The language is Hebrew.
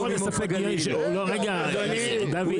דוד,